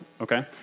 okay